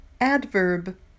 adverb